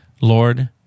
Lord